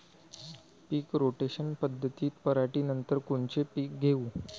पीक rotation पद्धतीत पराटीनंतर कोनचे पीक घेऊ?